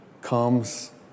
comes